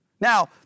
now